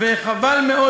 וחבל מאוד,